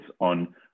on